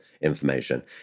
information